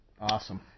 Awesome